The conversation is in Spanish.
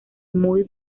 muy